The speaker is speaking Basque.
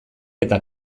eta